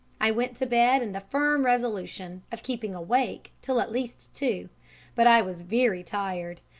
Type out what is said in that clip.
i went to bed in the firm resolution of keeping awake till at least two but i was very tired,